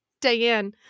Diane